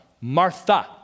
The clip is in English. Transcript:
Martha